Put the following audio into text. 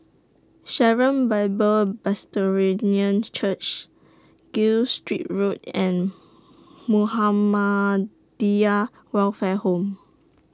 Sharon Bible Presbyterian Church Gilstead Road and Muhammadiyah Welfare Home